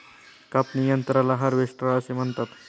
कापणी यंत्राला हार्वेस्टर असे म्हणतात